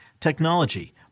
technology